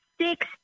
six